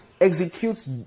executes